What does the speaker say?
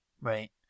Right